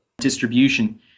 distribution